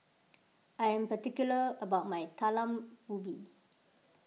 I am particular about my Talam Ubi